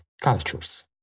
cultures